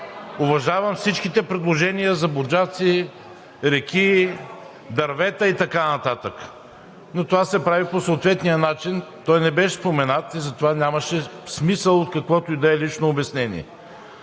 Уважавам всичките предложения за буджаци, реки, дървета и така нататък, но това се прави по съответния начин. Той не беше споменат и затова нямаше смисъл от каквото и да е лично обяснение.